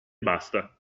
basta